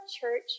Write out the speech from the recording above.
church